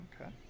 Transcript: Okay